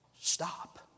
stop